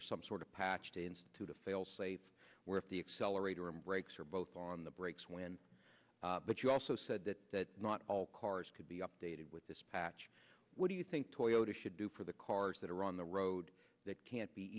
or some sort of patch to institute a failsafe where if the accelerator and brakes are both on the brakes when but you also said that not all cars could be updated with this patch what do you think toyota should do for the cars that are on the road that can't be